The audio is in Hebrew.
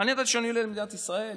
אני ידעתי שאני עולה למדינת ישראל,